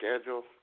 schedule